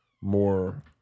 more